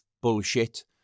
bullshit